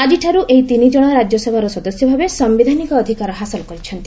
ଆକିଠାରୁ ଏହି ତିନି କଣ ରାଜ୍ୟସଭାର ସଦସ୍ୟ ଭାବେ ସାୟିଧାନିକ ଅଧିକାର ହାସଲ କରିଛନ୍ତି